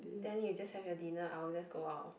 then you just have your dinner I will just go out